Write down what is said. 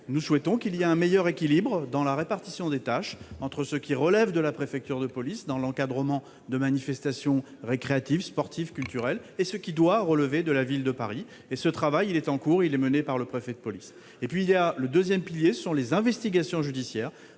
nous souhaitons un meilleur équilibre dans la répartition des tâches entre ce qui relève de la préfecture de police en matière d'encadrement de manifestations récréatives, sportives ou culturelles et ce qui doit relever de la Ville de Paris. Ce travail est en cours, mené par le préfet de police. Le deuxième pilier est constitué par les investigations judiciaires.